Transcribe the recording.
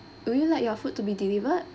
would you like your food to be delivered